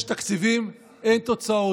יש תקציבים, אין תוצאות.